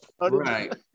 right